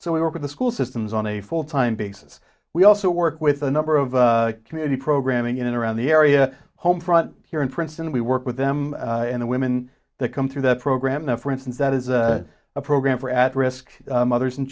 so we work with the school systems on a full time basis we also work with a number of community programming in around the area home front here in princeton we work with them and the women that come through the program that for instance that is a program for at risk mothers and